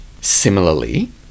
Similarly